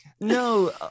No